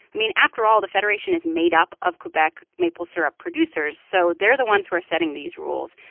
i mean, after all, the federation is made up of quebec maple syrup producers, so they're the ones who are setting these rules.